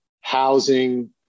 housing